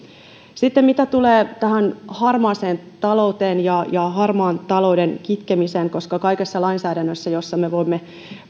sitten mitä tulee tähän harmaaseen talouteen ja ja harmaan talouden kitkemiseen koska kaikessa lainsäädännössä jossa me voimme